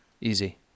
easy